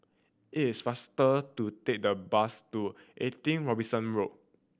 it is faster to take the bus to Eighty Robinson Road